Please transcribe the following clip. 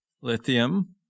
Lithium